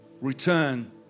return